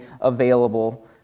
available